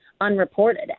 unreported